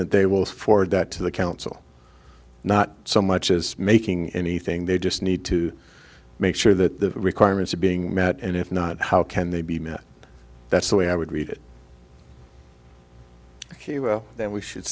that they will forward that to the council not so much as making anything they just need to make sure that the requirements are being met and if not how can they be met that's the way i would read it ok then we should